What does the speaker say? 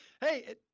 Hey